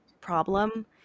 problem